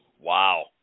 Wow